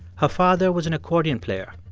her father was an accordion player.